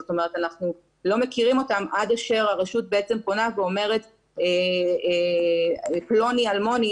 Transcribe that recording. זאת אומרת אנחנו לא מכירים אותם עד אשר הרשות פונה ואומרת 'פלוני אלמוני